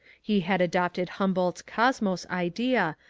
he had adopted humboldt's gosmos idea,